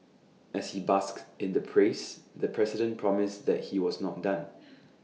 as he basked in the praise the president promised that he was not done